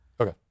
Okay